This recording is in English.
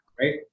right